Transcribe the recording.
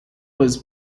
was